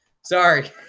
sorry